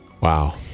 Wow